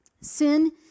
Sin